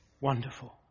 wonderful